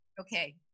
Okay